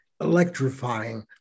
electrifying